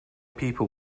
people